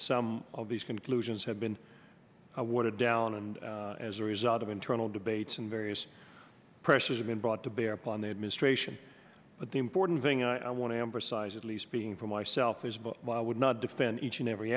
some of these conclusions have been what it down and as a result of internal debates and various pressures have been brought to bear upon the administration but the important thing i want to emphasize at least being for myself is but i would not defend each and every